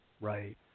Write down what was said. Right